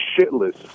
shitless